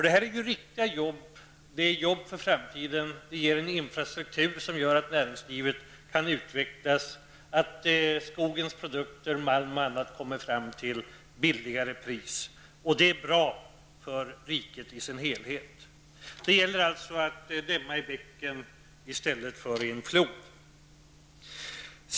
Det gäller här riktiga arbeten. Det gäller arbeten för framtiden som ger en infrastruktur som gör att näringslivet kan utvecklas, att skogsprodukter, malm osv. kommer fram till billiga priser. Det är bra för riket i sin helhet. Det gäller alltså att stämma i bäcken i stället för i en flod.